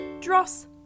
dross